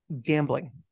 gambling